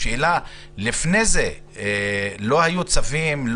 השאלה היא האם לפני זה לא היו צווים,